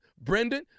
Brendan